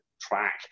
track